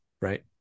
right